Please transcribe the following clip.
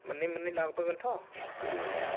मोननै मोननै लाबोगोनथ' दसथा